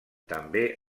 també